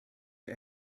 der